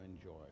enjoy